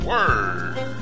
word